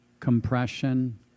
Compression